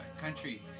country